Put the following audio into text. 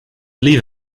leave